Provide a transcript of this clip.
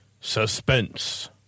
suspense